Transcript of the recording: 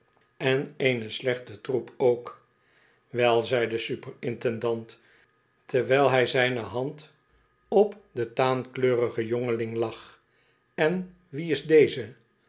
en een slechte troep ook wel zei de super intendant terwijl hij zijne hand op den taankleurigen jongeling lag en wie is deze